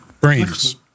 brains